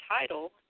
title